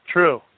True